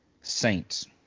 Saints